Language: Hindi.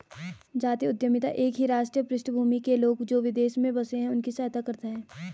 जातीय उद्यमिता एक ही राष्ट्रीय पृष्ठभूमि के लोग, जो विदेश में बसे हैं उनकी सहायता करता है